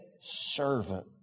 servant